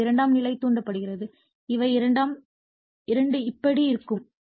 எனவே இது இரண்டாம் நிலை தூண்டப்படுகிறது இவை இரண்டும் இப்படி இருக்கும்